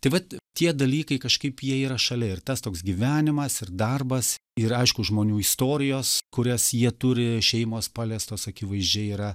tai vat tie dalykai kažkaip jie yra šalia ir tas toks gyvenimas ir darbas ir aišku žmonių istorijos kurias jie turi šeimos paliestos akivaizdžiai yra